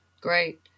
great